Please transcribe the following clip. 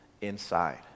inside